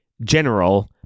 general